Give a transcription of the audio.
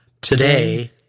Today